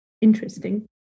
interesting